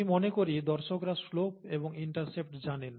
আমি মনেকরি দর্শকরা শ্লোপ এবং ইন্টারসেপ্ট জানেন